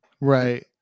Right